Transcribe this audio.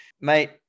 mate